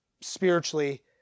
spiritually